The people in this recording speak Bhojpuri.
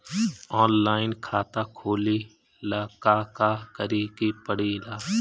ऑनलाइन खाता खोले ला का का करे के पड़े ला?